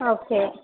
okay